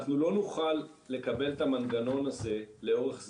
אנחנו לא נוכל לקבל את המנגנון הזה לאורך זמן.